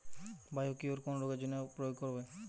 Biocure কোন রোগেরজন্য প্রয়োগ করে?